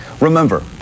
Remember